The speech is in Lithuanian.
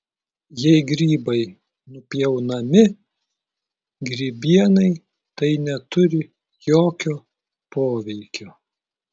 jei grybai nupjaunami grybienai tai neturi jokio poveikio